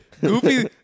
Goofy